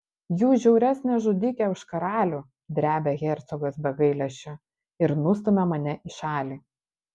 jūs žiauresnė žudikė už karalių drebia hercogas be gailesčio ir nustumia mane į šalį